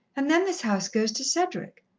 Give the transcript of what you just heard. and then this house goes to cedric.